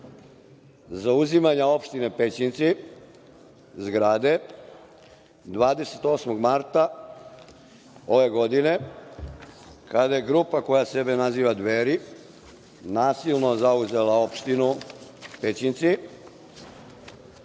zauzimanja opštine Pećinci, zgrade, 28. marta ove godine, kada je grupa koja sebe naziva Dveri nasilno zauzela opštinu Pećinci. Pri